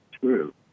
true